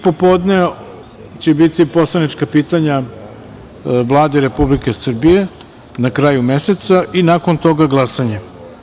Popodne će biti poslanička pitanja Vladi Republike Srbije, na kraju meseca i nakon toga glasanje.